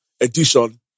edition